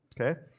Okay